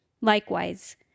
Likewise